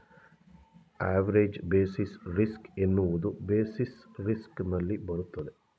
average basis risk ಎನ್ನುವುದು basis risk ನಲ್ಲಿ ಬರುತ್ತದೆ